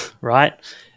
right